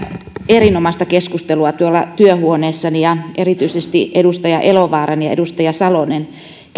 erinomaista keskustelua tuolla työhuoneessani ja erityisesti edustaja elovaara ja edustaja salonen käyttivät